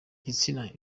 gitsina